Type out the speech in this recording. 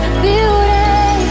beauty